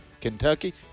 Kentucky